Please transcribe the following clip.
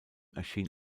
erschien